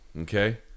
Okay